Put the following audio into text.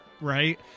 right